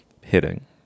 hitting